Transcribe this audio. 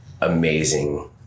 amazing